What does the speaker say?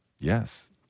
Yes